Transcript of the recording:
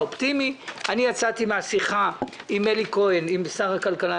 יצאתי אופטימי מן השיחה עם אלי כהן שר הכלכלה.